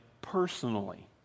personally